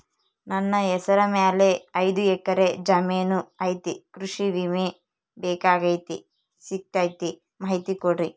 ನನ್ನ ಹೆಸರ ಮ್ಯಾಲೆ ಐದು ಎಕರೆ ಜಮೇನು ಐತಿ ಕೃಷಿ ವಿಮೆ ಬೇಕಾಗೈತಿ ಸಿಗ್ತೈತಾ ಮಾಹಿತಿ ಕೊಡ್ರಿ?